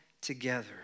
together